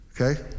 okay